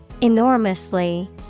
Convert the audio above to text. Enormously